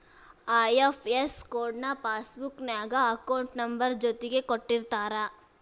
IFS code ನ passbook ನ್ಯಾಗ account number ಜೊತಿಗೆ ಕೊಟ್ಟಿರ್ತಾರ